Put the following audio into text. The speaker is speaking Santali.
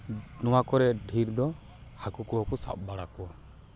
ᱱᱚᱣᱟ ᱠᱚᱨᱮᱫ ᱰᱷᱮᱨ ᱫᱚ ᱦᱟᱹᱠᱩ ᱠᱚᱠᱚ ᱥᱟᱵ ᱵᱟᱲᱟ ᱠᱚᱣᱟ